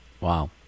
Wow